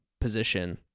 position